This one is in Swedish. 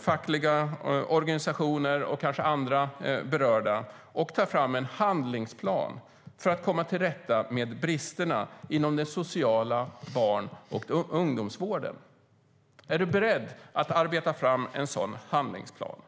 fackliga organisationer och kanske andra berörda och ta fram en handlingsplan för att komma till rätta med bristerna inom den sociala barn och ungdomsvården. Är du beredd att arbeta fram en sådan handlingsplan?